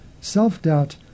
self-doubt